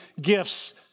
gifts